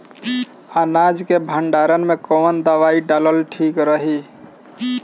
अनाज के भंडारन मैं कवन दवाई डालल ठीक रही?